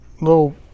Little